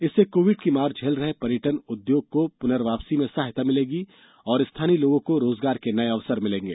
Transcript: इससे कोविड की मार झेल रहे पर्यटन उद्योग को पुनर्वापसी में सहायता मिलेगी और स्थानीय लोगों को रोजगार के नये अवसर मिलेंगे